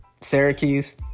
Syracuse